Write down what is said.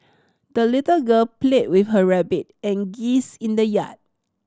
the little girl played with her rabbit and geese in the yard